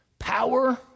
Power